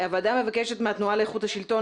הוועדה מבקשת מהתנועה לאיכות השלטון